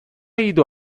ido